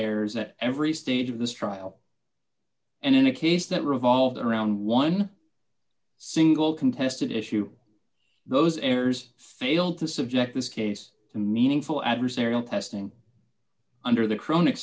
errors at every stage of this trial and in a case that revolved around one single contested issue those errors failed to subject this case to meaningful adversarial testing under the chronic